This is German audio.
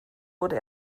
wurde